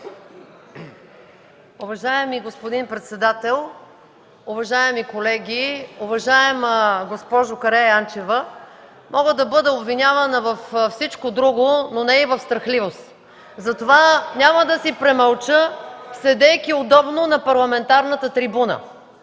Уважаеми господин председател, уважаеми колеги, уважаема госпожо Караянчева! Мога да бъда обвинявана във всичко друго, но не и в страхливост, затова няма да си премълча, седейки удобно на парламентарната трибуна.